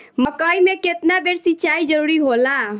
मकई मे केतना बेर सीचाई जरूरी होला?